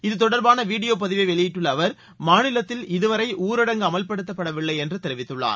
இது தொடர்பான வீடியோ பதிவை வெளியிட்டுள்ள அவர் மாநிலத்தில் இதுவரை ஊரடங்கு அமல்படுத்தப்படவில்லை என்று தெரிவித்துள்ளார்